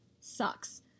sucks